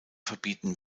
verbieten